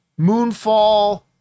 moonfall